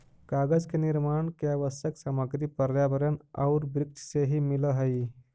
कागज के निर्माण के आवश्यक सामग्री पर्यावरण औउर वृक्ष से ही मिलऽ हई